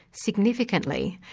significantly,